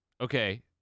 Okay